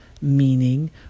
meaning